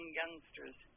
youngsters